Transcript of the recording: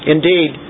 Indeed